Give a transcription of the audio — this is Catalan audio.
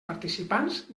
participants